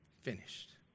finished